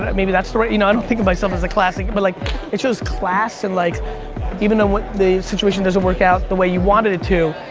maybe that's the right, you know i don't think myself as a classy, but but like it shows class and like even though the situation doesn't work out the way you wanted it to,